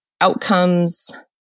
outcomes